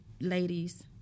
ladies